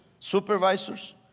supervisors